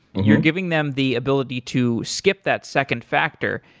you're giving them the ability to skip that second factor.